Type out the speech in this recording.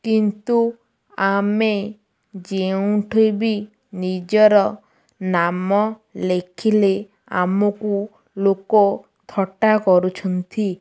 କିନ୍ତୁ ଆମେ ଯେଉଁଠି ବି ନିଜର ନାମ ଲେଖିଲେ ଆମକୁ ଲୋକ ଥଟ୍ଟା କରୁଛନ୍ତି